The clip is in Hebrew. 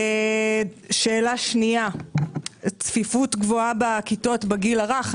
שאלה שנייה, צפיפות גבוהה בכיתות בגיל הרך.